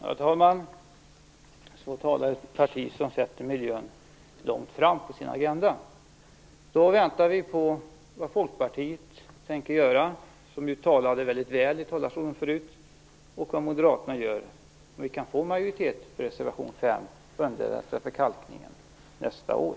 Herr talman! Så talar ett parti som sätter miljön högt upp på sin agenda. Nu väntar vi på vad Folkpartiet, som ju förut talade väldigt väl i talarstolen, tänker göra och på vad Moderaterna gör, för att se om vi kan få en majoritet för reservation 5 om medel till kalkning nästa år.